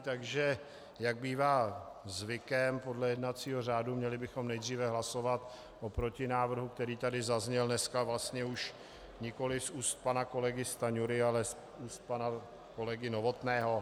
Takže jak bývá zvykem podle jednacího řádu, měli bychom nejdříve hlasovat o protinávrhu, který tady zazněl dneska vlastně už nikoliv z úst pana kolegy Stanjury, ale z úst pana kolegy Novotného.